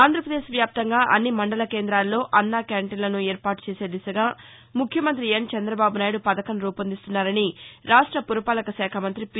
ఆంధ్రప్రదేశ్ వ్యాప్తంగా అన్ని మందల కేందాలలో అన్న క్యాంటీన్లను ఏర్పాటు చేసే దిశగా ముఖ్యమంతి నారా చంద్రబాబు నాయుడు పథకం రూపొందిస్తున్నారని రాష్ట పురపాలకశాఖ మంతి పి